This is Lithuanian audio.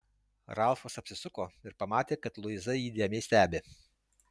ralfas apsisuko ir pamatė kad luiza jį įdėmiai stebi